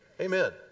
Amen